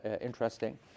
interesting